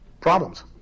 Problems